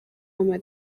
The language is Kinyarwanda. ama